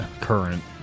current